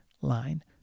line